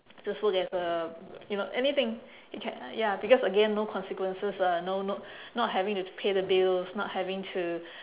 just so there's a you know anything you can ya because again no consequences ah no no not having to pay the bills not having to